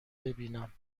ببینم